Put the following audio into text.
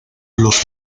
los